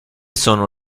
sono